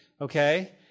okay